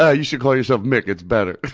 ah you should call yourself mick. it's better.